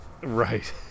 Right